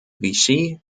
vichy